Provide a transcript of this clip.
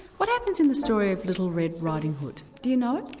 what happens in the story of little red riding hood, do you know?